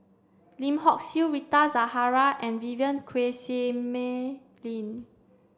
Lim Hock Siew Rita Zahara and Vivien Quahe Seah Mei Lin